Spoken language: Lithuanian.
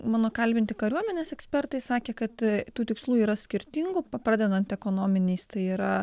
mano kalbinti kariuomenės ekspertai sakė kad tų tikslų yra skirtingų pradedant ekonominiais tai yra